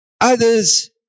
others